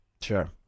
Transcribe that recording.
Sure